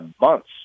months